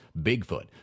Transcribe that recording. Bigfoot